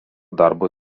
darbo